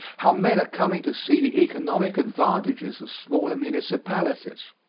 how men are coming to see the economic advantages of smaller municipalities.